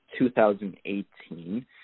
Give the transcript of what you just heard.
2018